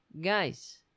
Guys